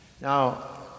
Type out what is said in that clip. Now